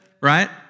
right